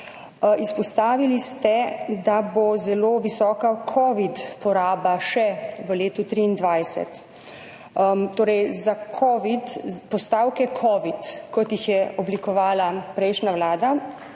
Izpostavili ste, da bo zelo visoka covid poraba še v letu 2023. Postavke covid, kot jih je oblikovala prejšnja vlada,